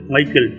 Michael